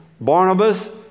Barnabas